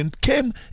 came